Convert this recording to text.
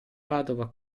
padova